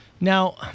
Now